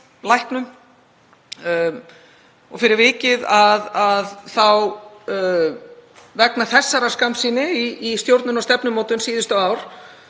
Fyrir vikið, vegna þessarar skammsýni í stjórnun og stefnumótun síðustu ár,